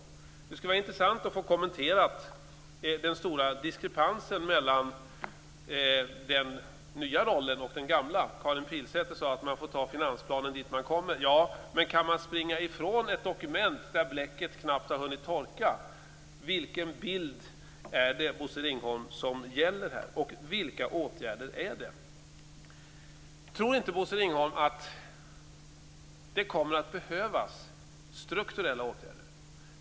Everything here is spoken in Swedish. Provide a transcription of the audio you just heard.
Det skulle vara intressant att få en kommentar till den stora diskrepansen mellan den nya rollen och den gamla. Karin Pilsäter sade att man får ta finansplanen dit man kommer. Ja, men kan man springa från ett dokument där bläcket knappt har hunnit torka? Vilken bild är det, Bosse Ringholm, som gäller? Vilka åtgärder är det? Tror inte Bosse Ringholm att det kommer att behövas strukturella åtgärder?